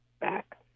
back